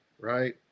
right